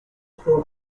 poor